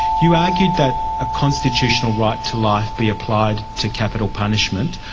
you argued that a constitutional right to life be applied to capital punishment.